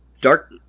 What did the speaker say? Dark